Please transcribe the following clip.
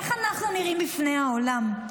איך אנחנו נראים בפני העולם?